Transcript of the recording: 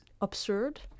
absurd